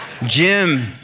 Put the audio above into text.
Jim